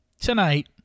tonight